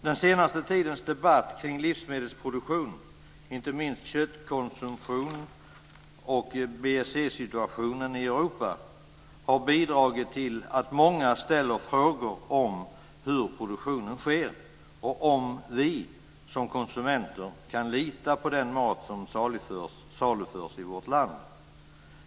Den senaste tidens debatt kring livsmedelsproduktion, inte minst köttkonsumtionen och BSE-situationen i Europa, har bidragit till att många ställer frågor om hur produktionen sker och om vi som konsumenter kan lita på den mat som saluförs i vårt land.